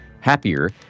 happier